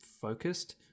focused